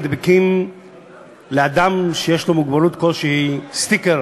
מדביקים לאדם שיש לו מוגבלות כלשהי סטיקר